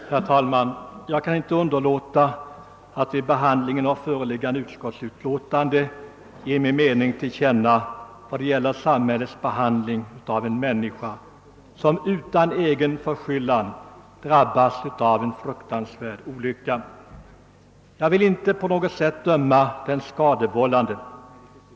Herr talman! Jag kan inte underlåta att vid. behandlingen av föreliggande utskottsutlåtande ge min mening till känna om samhällets behandling av en människa som utan egen förskyllan drabbas av en fruktansvärd olycka. Jag vill inte på något sätt döma den skadevållande.